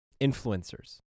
influencers